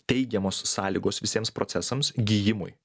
teigiamos sąlygos visiems procesams gijimui